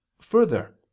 Further